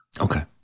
Okay